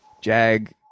Jag